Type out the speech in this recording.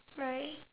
right